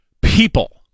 people